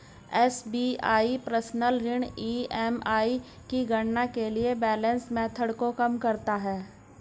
SBI personal ऋण EMI की गणना के लिए बैलेंस मेथड को कम करता है